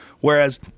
Whereas